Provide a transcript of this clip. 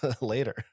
later